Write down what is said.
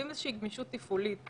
אני מפנה לסעיף 24 - תוקפו של החוק.